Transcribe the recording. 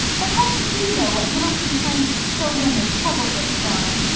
but how should you know what little complaints children are troubled with, john?